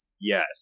Yes